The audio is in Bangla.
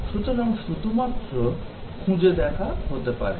সুতরাং শুধুমাত্র খুঁজে দেখা হতে পারে